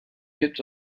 hits